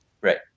Right